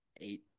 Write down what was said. eight